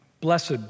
Blessed